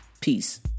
peace